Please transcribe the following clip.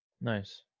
nice